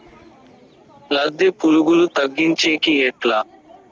లద్దె పులుగులు తగ్గించేకి ఎట్లా?